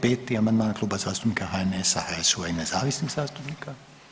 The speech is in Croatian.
5. amandman Kluba zastupnika HNS-a, HSU-a i nezavisnih zastupnika.